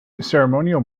ceremonial